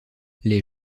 les